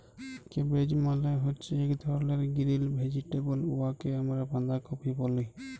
cabbage মালে হছে ইক ধরলের গিরিল ভেজিটেবল উয়াকে আমরা বাঁধাকফি ব্যলি